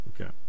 Okay